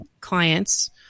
clients